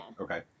Okay